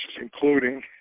including